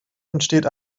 entsteht